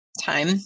time